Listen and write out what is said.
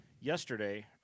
Yesterday